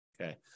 Okay